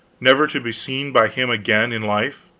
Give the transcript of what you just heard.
never to be seen by him again in life